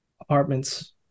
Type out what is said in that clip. apartments